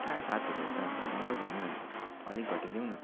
कहाँ सात हजार त अन्त महँगो भयो नि हौ अन्त अलिक घटाइदेऊ न